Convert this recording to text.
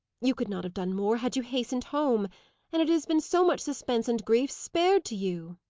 you could not have done more had you hastened home and it has been so much suspense and grief spared to you.